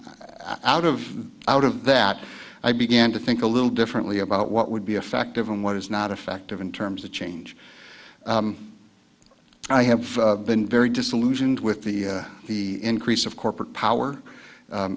that out of out of that i began to think a little differently about what would be effective and what is not effective in terms of change i have been very disillusioned with the the increase of corporate power